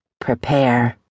prepare